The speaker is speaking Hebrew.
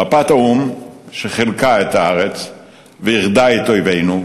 מפת האו"ם חילקה את הארץ ואיחדה את אויבינו,